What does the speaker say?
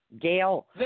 Gail